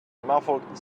muffled